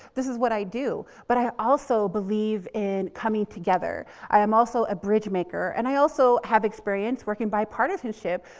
this is what i do. but i also believe in coming together. i am also a bridge maker and i also have experienced working bipartisanship,